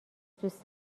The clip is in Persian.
دوست